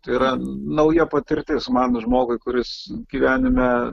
tai yra nauja patirtis man žmogui kuris gyvenime